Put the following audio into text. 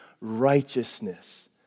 righteousness